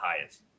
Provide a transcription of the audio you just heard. highest